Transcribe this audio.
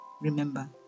Remember